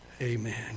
Amen